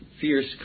fierce